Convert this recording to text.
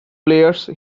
players